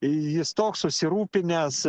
jis toks susirūpinęs